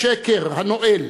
השקר הנואל